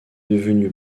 devenue